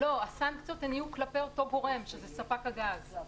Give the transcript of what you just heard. לא, הסנקציות יהיו כלפי אותו גורם, שזה ספק הגז.